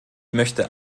möchte